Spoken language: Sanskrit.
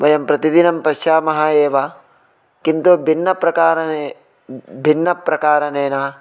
वयं प्रतिदिनं पश्यामः एव किन्तु भिन्न प्रकार भिन्न प्रकारेण